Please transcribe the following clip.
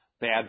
bad